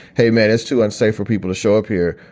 hey, man, it's too unsafe for people to show up here.